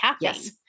Yes